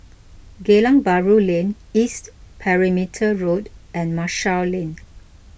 Geylang Bahru Lane East Perimeter Road and Marshall Lane